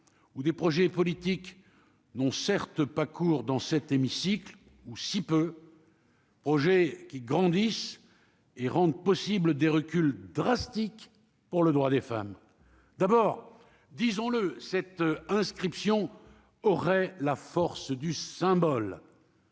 où des projets politiques n'ont certes pas cours dans cet hémicycle, ou si peu. Projet qui grandissent et rendent possible des recul drastique pour le droit des femmes d'abord, disons-le, cette inscription aurait la force du symbole.